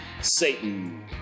Satan